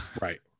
Right